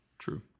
true